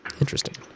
Interesting